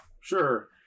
Sure